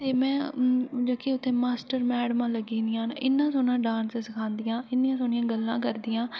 ते में उत्थै जेह्के मास्टर मैडमां लग्गी दियां न इन्ना सोह्ना डांस सखांदियां इन्नियां सोह्नियां गल्लां करदियां